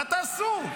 מה תעשו?